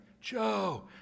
joe